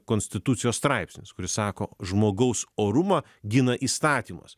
konstitucijos straipsnis kuris sako žmogaus orumą gina įstatymas